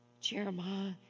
Jeremiah